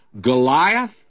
Goliath